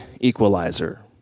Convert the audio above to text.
equalizer